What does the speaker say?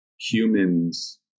humans